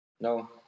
No